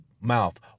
mouth